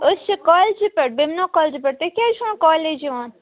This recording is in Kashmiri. أسۍ چھِ کالجہ پٮ۪ٹھہٕ بیٚمنا کالجہِ پٮ۪ٹھہٕ تُہۍ کیازِ چھِو نہٕ کالج یِوان